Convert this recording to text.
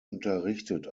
unterrichtet